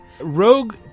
Rogue